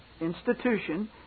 institution